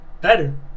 Better